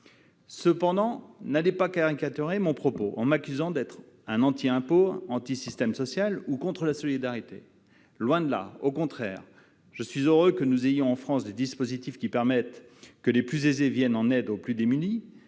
Cependant, n'allez pas caricaturer mon propos en m'accusant d'être anti-impôt, anti-système social, ou contre la solidarité. Loin de là ! Au contraire, même : je suis heureux que nous ayons, en France, des dispositifs qui permettent que les plus aisés viennent en aide aux plus démunis,